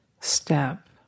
step